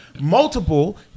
multiple